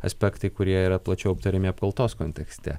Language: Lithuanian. aspektai kurie yra plačiau aptariami apkaltos kontekste